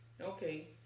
Okay